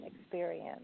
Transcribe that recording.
experience